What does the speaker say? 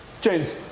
James